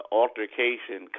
altercation